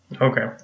Okay